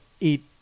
eat